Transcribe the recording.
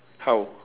how